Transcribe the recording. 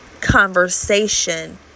conversation